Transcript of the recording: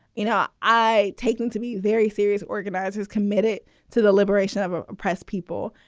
you know, i take them to be very serious organizers committed to the liberation of ah oppressed people.